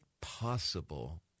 possible